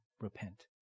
repent